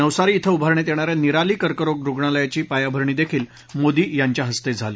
नवसारी इथं उभारण्यात येणा या निराली कर्करोग रुग्णालयाची पायाभरणी देखील मोदी यांच्या हस्ते झाली